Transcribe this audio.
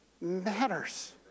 matters